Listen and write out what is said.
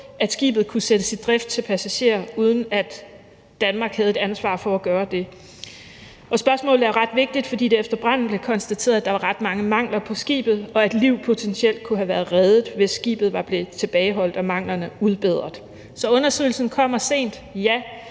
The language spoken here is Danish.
at skibet kunne sættes i drift til passagerer, uden at Danmark havde et ansvar for at gøre det. Spørgsmålet er ret vigtigt, fordi det efter branden blev konstateret, at der var ret mange mangler på skibet, og at liv potentielt kunne have være reddet, hvis skibet var blevet tilbageholdt og manglerne udbedret. Så undersøgelsen kommer sent, ja,